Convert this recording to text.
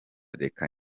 reka